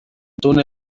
túnel